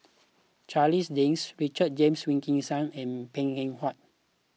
Charles Dyce Richard James Wilkinson and Png Eng Huat